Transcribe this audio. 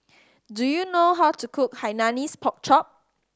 do you know how to cook Hainanese Pork Chop